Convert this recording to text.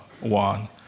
one